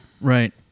Right